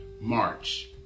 March